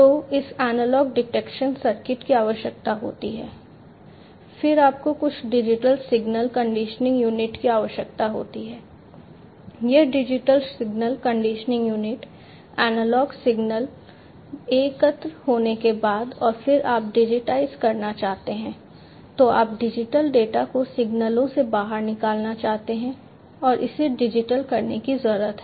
तो इस analogue detection circuit की आवश्यकता होती है फिर आपको कुछ डिजिटल सिग्नल कंडीशनिंग यूनिट की आवश्यकता होती है यह digital signal conditioning unit analogue signal एकत्र होने के बाद और फिर आप डिजिटाइज़ करना चाहते हैं तो आप डिजिटल डेटा को सिग्नलों से बाहर निकालना चाहते हैं इसे डिजिटल करने की जरूरत है